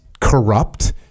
corrupt